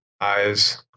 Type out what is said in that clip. Eyes